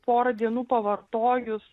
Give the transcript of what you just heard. porą dienų pavartojus